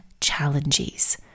challenges